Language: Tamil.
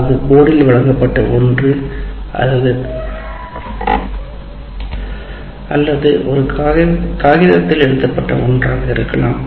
அது போர்டில் வழங்கப்பட்ட ஒன்று அல்லது ஒரு காகிதத்தில் எழுதப்பட்ட ஒன்றாக இருக்கலாம்